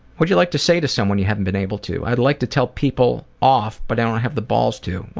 would like to say to someone you haven't been able to i'd like to tell people off but i don't have the balls to well,